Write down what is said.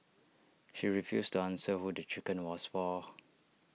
she refused to answer who the chicken was for